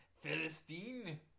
Philistine